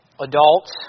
adults